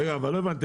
לא הבנתי.